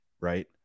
right